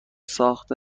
ساخت